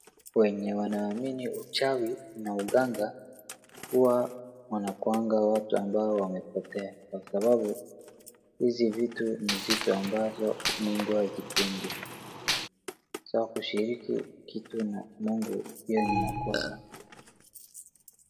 Wenye wanaamini uchawi na uganga huwa wanakuanga watu ambao wamepotea kwa sababu hizi ni vitu ambazo mungu hazipendi sasa kushiriki kitu na mungu pia ni makosa.